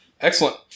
Excellent